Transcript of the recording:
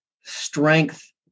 strength